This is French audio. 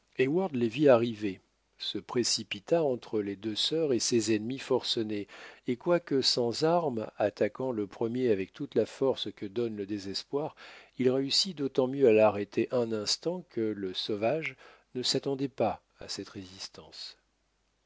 les vit arriver se précipita entre les deux sœurs et ces ennemis forcenés et quoique sans armes attaquant le premier avec toute la force que donne le désespoir il réussit d'autant mieux à l'arrêter un instant que le sauvage ne s'attendait pas à cette résistance